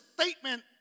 statement